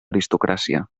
aristocràcia